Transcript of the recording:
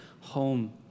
home